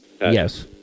Yes